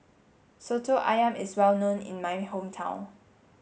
Soto Ayam is well known in my hometown